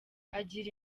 agira